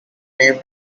name